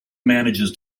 manages